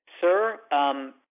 Sir